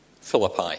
Philippi